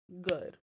good